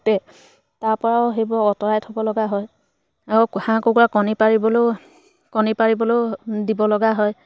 তাৰপৰাও সেইবোৰ আঁতৰাই থ'ব লগা হয় আৰু হাঁহ কুকুৰা কণী পাৰিবলৈও কণী পাৰিবলৈও দিব লগা হয়